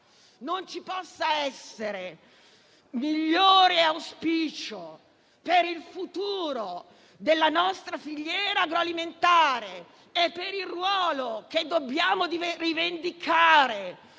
non ci possa essere migliore auspicio per il futuro della nostra filiera agroalimentare e per il ruolo guida che dobbiamo rivendicare,